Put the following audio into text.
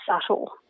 subtle